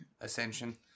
Ascension